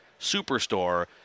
Superstore